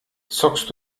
zockst